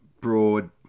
broad